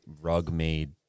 rug-made